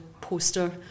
poster